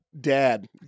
dad